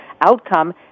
outcome